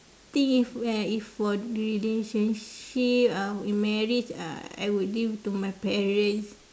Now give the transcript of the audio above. think if uh if for relationship I will marry uh I would give to my parents